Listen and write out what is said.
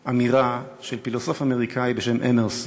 אמירה, של פילוסוף אמריקני בשם אמרסון.